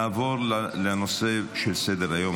נעבור לנושא הבא על סדר-היום,